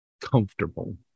comfortable